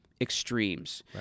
extremes